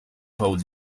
paul